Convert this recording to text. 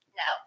no